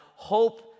Hope